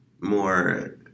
more